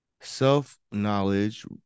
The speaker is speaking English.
self-knowledge